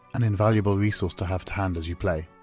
an invaluable resource to have to hand as you play.